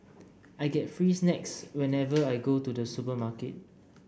I get free snacks whenever I go to the supermarket